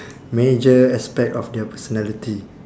major aspect of their personality